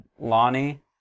Lonnie